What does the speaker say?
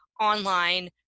online